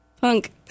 punk